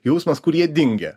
jausmas kur jie dingę